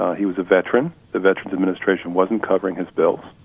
he was a veteran the veterans administration wasn't covering his bill